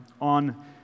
on